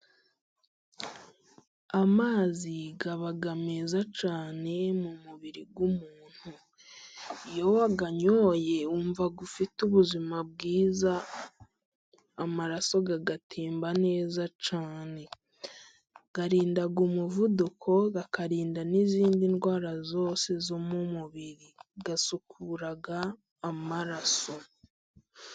Amazi aba meza cyane mu mubiri w'umuntu. Iyo wayanyoye wumva ufite ubuzima bwiza, amaraso agatemba neza cyane. Arinda umuvuduko, akarinda n'izindi ndwara zose zo mu mubiri. Asukura amaraso.